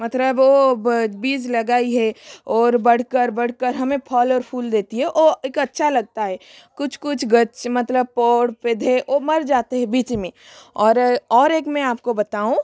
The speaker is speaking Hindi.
मतरब ओ बीज लगाई है और बढ़कर बढ़कर हमें फल और फूल देती है ओ एक अच्छा लगता है कुछ कुछ मतलब पौधे ओ मर जाते है बीच में और और एक मैं आपको बताऊँ